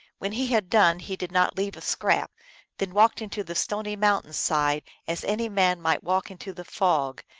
when he had done he did not leave a scrap then walked into the stony mountain-side, as any man might walk into the fog,